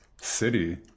city